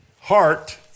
heart